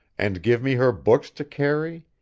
and give me her books to carry,